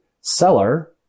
seller